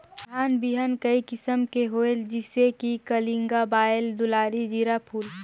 धान बिहान कई किसम के होयल जिसे कि कलिंगा, बाएल दुलारी, जीराफुल?